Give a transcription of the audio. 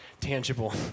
tangible